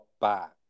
back